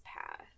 path